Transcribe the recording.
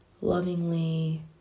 lovingly